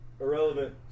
irrelevant